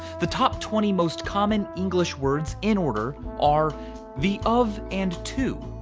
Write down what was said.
the top twenty most common english words in order are the, of, and, to,